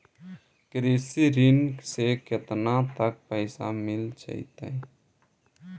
कृषि ऋण से केतना तक पैसा मिल जइतै?